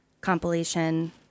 compilation